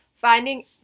Finding